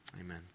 Amen